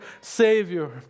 Savior